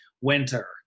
winter